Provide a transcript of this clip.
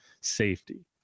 safety